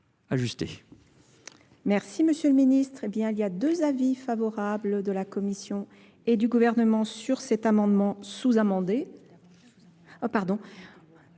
ajusté monsieur le ministre il y a deux avis favorables de la commission et du gouvernement sur cet amendement sous amendé